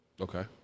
Okay